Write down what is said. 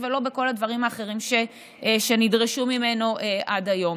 ולא בכל הדברים האחרים שהם שנדרשו ממנו עד היום.